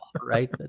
right